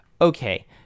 Okay